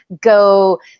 Go